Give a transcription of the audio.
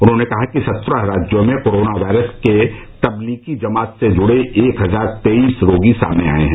उन्होंने कहा कि सत्रह राज्यों में कोरोना वायरस के तब्लीगी जमात से जुड़े एक हजार तेईस रोगी सामने आए हैं